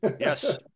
Yes